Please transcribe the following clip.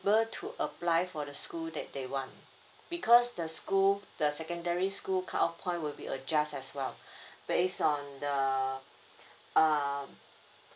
able to apply for the school that they want because the school the secondary school cut off point will be adjust as well based on the um